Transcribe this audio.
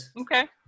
Okay